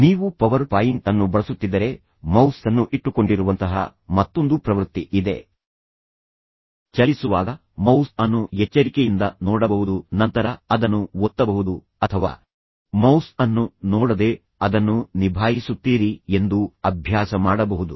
ನೀವು PowerPoint ಅನ್ನು ಬಳಸುತ್ತಿದ್ದರೆ ಮೌಸ್ ಅನ್ನು ಇಟ್ಟುಕೊಂಡಿರುವಂತಹ ಮತ್ತೊಂದು ಪ್ರವೃತ್ತಿ ಇದೆ ಚಲಿಸುವಾಗ ನೀವು ಮೌಸ್ ಅನ್ನು ಎಚ್ಚರಿಕೆಯಿಂದ ನೋಡಬಹುದು ಮತ್ತು ನಂತರ ನೀವು ಅದನ್ನು ಒತ್ತಬಹುದು ಅಥವಾ ನೀವು ಮೌಸ್ ಅನ್ನು ನೋಡದೆ ಅದನ್ನು ನಿಭಾಯಿಸುತ್ತೀರಿ ಎಂದು ಅಭ್ಯಾಸ ಮಾಡಬಹುದು